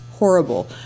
horrible